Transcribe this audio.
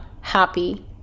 happy